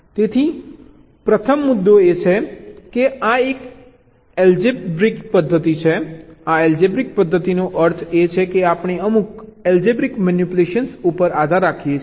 તેથી પ્રથમ મુદ્દો એ છે કે આ એક એલ્જેબ્રિકી algebraic પદ્ધતિ છે આ એલ્જેબ્રિક પદ્ધતિનો અર્થ છે કે આપણે અમુક એલ્જેબ્રિક મેનીપ્યુલેશન ઉપર આધાર રાખીએ છીએ